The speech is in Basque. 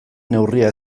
neurria